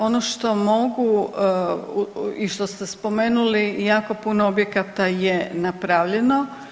Ono što mogu i što ste spomenuli jako puno objekata je napravljeno.